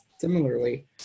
similarly